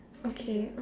okay